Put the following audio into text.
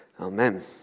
Amen